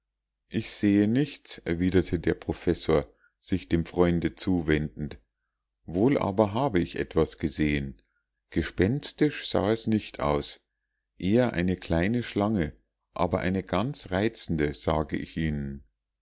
ich sehe nichts erwiderte der professor sich dem freunde zuwendend wohl aber habe ich etwas gesehen gespenstisch sah es nicht aus eher eine kleine schlange aber eine ganz reizende sage ich ihnen